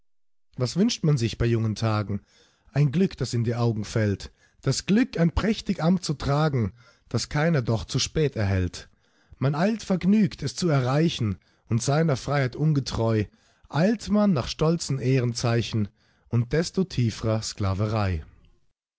was wünscht man sich bei jungen tagen ein glück das in die augen fällt das glück ein prächtig amt zu tragen das keiner doch zu spät erhält man eilt vergnügt es zu erreichen und seiner freiheit ungetreu eilt man nach stolzen ehrenzeichen und desto tiefrer sklaverei